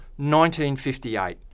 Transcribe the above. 1958